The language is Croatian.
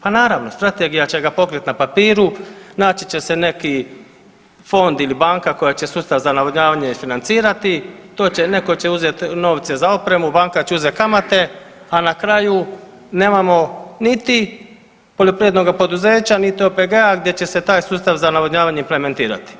Pa naravno, strategija će ga pokriti na papiru, naći će se neki fond ili banka koja će sustav za navodnjavanje financirati, neko će uzeti novce za opremu, banka će uzeti kamate, a na kraju nemamo niti poljoprivrednoga poduzeća niti OPG gdje će se taj sustav za navodnjavanje implementirati.